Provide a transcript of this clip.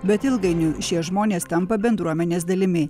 bet ilgainiui šie žmonės tampa bendruomenės dalimi